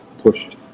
pushed